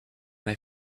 they